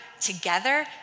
together